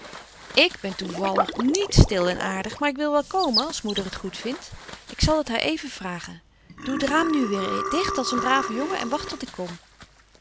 ik ben toevallig niet stil en aardig maar ik wil wel komen als moeder t goedvindt ik zal t haar even vragen doe het raam nu weer dicht als een brave jongen en wacht tot ik kom